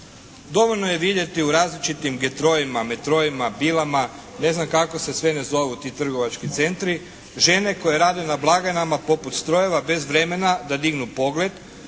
Dovoljno je vidjeti u različitim "Getro-ima", "Metro-ima", "Bill-ama", ne znam kako se sve ne zovu ti trgovački centri, žene koje rade na blagajnama poput strojeva bez vremena da dignu pogled,